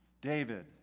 David